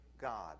God